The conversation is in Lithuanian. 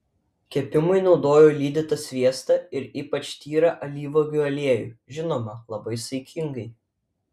kepimui naudoju lydytą sviestą ir ypač tyrą alyvuogių aliejų žinoma labai saikingai